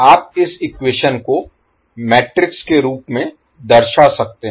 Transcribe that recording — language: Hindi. आप इस इक्वेशन को मैट्रिक्स के रूप में दर्शा सकते हैं